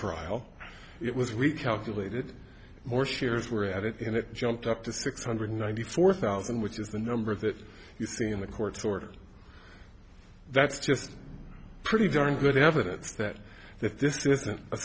trial it was we calculated more shares were at it and it jumped up to six hundred ninety four thousand which is the number that you see in the court's order that's just pretty darn good evidence that that this isn't